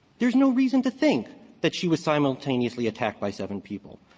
there's no reason to think that she was simultaneously attacked by seven people.